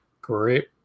Great